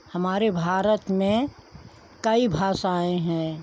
हमारे भारत में कई भाषाएँ हैं